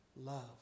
love